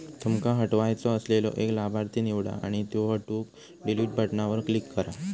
तुमका हटवायचो असलेलो एक लाभार्थी निवडा आणि त्यो हटवूक डिलीट बटणावर क्लिक करा